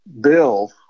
bill